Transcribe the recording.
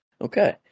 Okay